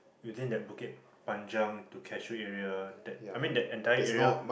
within that Bukit Panjang to Cahsee area that I mean that entire area